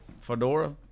Fedora